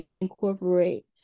incorporate